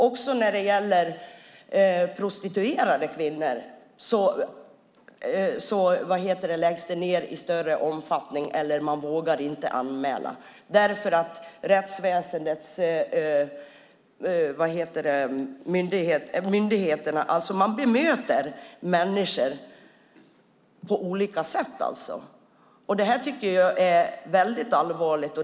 Också när det gäller prostituerade kvinnor läggs ärendena ned i större omfattning, eller också vågar de inte anmäla därför att myndigheterna bemöter människor på olika sätt. Det tycker jag är väldigt allvarligt.